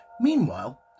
Meanwhile